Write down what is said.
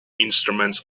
instruments